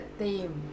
theme